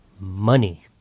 Money